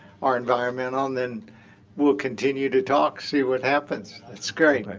our environmently. and then we'll continue to talk, see what happens. it's great. like